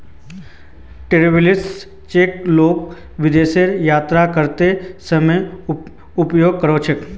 travellers cheque लोग विदेश यात्रा करते समय उपयोग कर छे